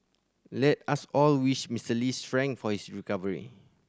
let us all wish Mister Lee strength for his recovery